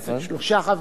שלושה חברי הכנסת.